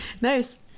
nice